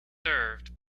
served